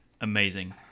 Amazing